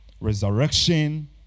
Resurrection